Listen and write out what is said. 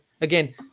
again